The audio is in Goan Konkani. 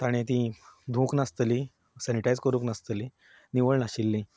ताणें तीं धुवंक नासतलीं सॅनीटायज करूंक नासतलीं निवळ नाशिल्लीं